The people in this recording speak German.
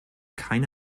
keine